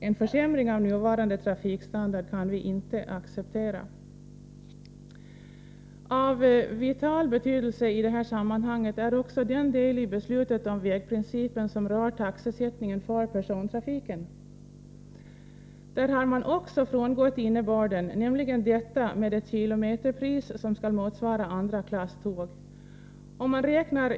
En försämring av nuvarande trafikstandard kan vi inte acceptera. Av vital betydelse i detta sammanhang är också den del i beslutet om vägprincipen som rör taxesättningen för persontrafiken. Där har man också frångått innebörden, nämligen ett kilometerpris som skall motsvara andra klass med tåg.